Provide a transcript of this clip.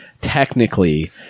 technically